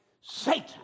Satan